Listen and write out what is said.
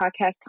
podcast